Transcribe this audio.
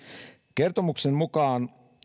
kertomuksen mukaan